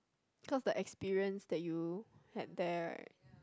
cause the experience that you had there right